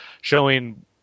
showing